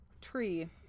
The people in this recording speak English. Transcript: tree